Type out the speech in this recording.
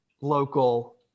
local